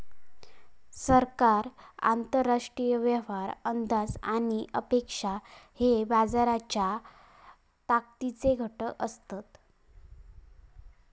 सरकार, आंतरराष्ट्रीय व्यवहार, अंदाज आणि अपेक्षा हे बाजाराच्या ताकदीचे घटक असत